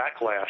backlash